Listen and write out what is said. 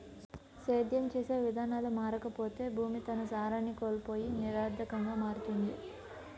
సేద్యం చేసే విధానాలు మారకపోతే భూమి తన సారాన్ని కోల్పోయి నిరర్థకంగా మారుతుంది